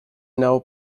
now